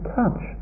touch